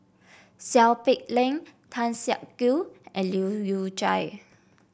Seow Peck Leng Tan Siak Kew and Leu Yew Chye